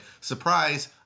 surprise